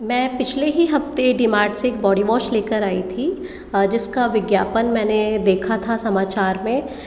मैं पिछले ही हफ़्ते डी मार्ट से एक बॉडी वॉश लेकर आई थी जिसका विज्ञापन मैंने देखा था समाचार में